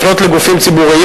לפנות לגופים ציבוריים,